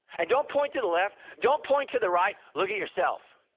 and don't point to the left, don't point to the right, look at yourself.